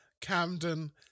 Camden